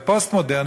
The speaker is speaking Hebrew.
הפוסט-מודרני,